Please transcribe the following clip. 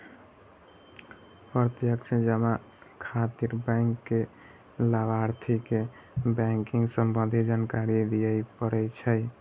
प्रत्यक्ष जमा खातिर बैंक कें लाभार्थी के बैंकिंग संबंधी जानकारी दियै पड़ै छै